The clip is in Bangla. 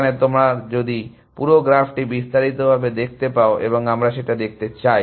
সেখানে তোমরা যদি পুরো গ্রাফটি বিস্তারিত ভাবে দেখতে পাও এবং আমরা সেটা দেখতে চাই